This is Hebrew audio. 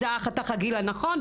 זה חתך הגיל הנכון,